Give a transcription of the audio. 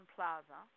Plaza